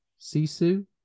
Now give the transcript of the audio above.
Sisu